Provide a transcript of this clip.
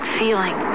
feeling